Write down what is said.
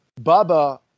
baba